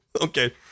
Okay